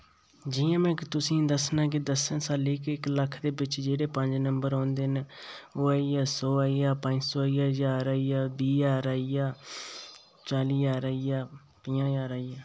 जि'यां में के तुसें दस्सना के दस्स शा लेइयै इक लक्ख दे बिच जेह्ड़े पंज नंबर ओंदे न ओह् आई गेआ सौ आई गेआ पंज सौ आई गेआ ज्हार आई गेआ बीह् ज्हार आई गेआ चाली ज्हार आई गेआ प'ञां ज्हार आई गेआ